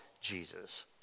Jesus